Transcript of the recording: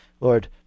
Lord